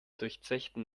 durchzechten